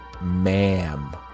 ma'am